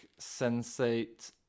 sensate